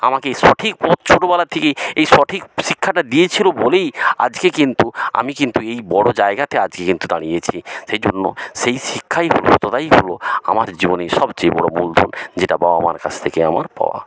আমাকে সঠিক পথ ছোটবেলা থেকেই এই সঠিক শিক্ষাটা দিয়েছিল বলেই আজকে কিন্তু আমি কিন্তু এই বড় জায়গাতে আছি কিন্তু দাঁড়িয়েছি এ জন্য সেই শিক্ষাই সততাই হল আমার জীবনের সবচেয়ে বড় মূলধন যেটা বাবা মার কাছ থেকে আমার পাওয়া